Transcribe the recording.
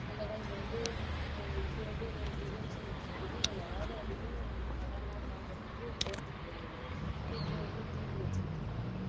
அந்த காலத்தில் வந்து இப்போது வந்து ஒரு நிகழ்ச்சி இப்போ வெளியில் யாரும் அதிகம் படமெலாம் பார்க்கறதுக்கு போவது கிடையாது வீட்டிலேயே வந்து டிவி வச்சுருந்திருக்குறாங்க